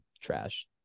trash